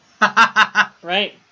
Right